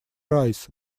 райс